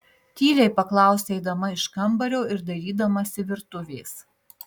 tyliai paklausė eidama iš kambario ir dairydamasi virtuvės